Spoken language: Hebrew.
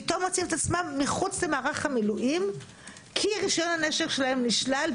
פתאום מוצאים את עצמם מחוץ למערך המילואים כי רישיון הנשק שלהם נשלל,